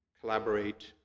collaborate